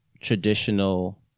traditional